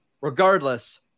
regardless